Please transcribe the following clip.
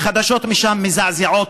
החדשות משם מזעזעות,